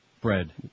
bread